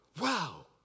Wow